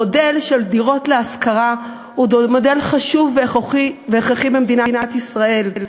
המודל של דירות להשכרה הוא מודל חשוב והכרחי במדינת ישראל.